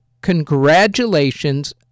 congratulations